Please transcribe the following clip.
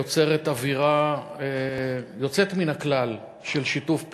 יוצרת אווירה יוצאת מן הכלל של שיתוף פעולה,